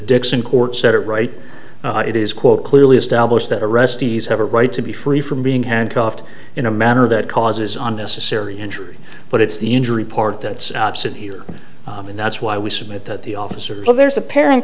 dixon court said it right it is quote clearly established that arrestees have a right to be free from being handcuffed in a manner that causes on necessary injury but it's the injury part that's sit here and that's why we submit that the officers are there is apparent